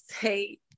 say